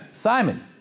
Simon